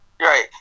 Right